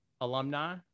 alumni